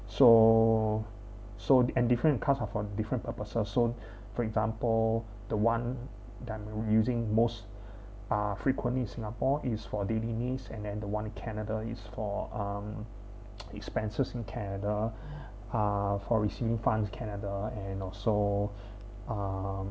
so so and different cards are for different purposes so so for example the one that I'm using most ah frequently singapore is for daily needs and then the one in canada is for um expenses in canada uh for receiving funds in canada and also um